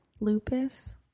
Lupus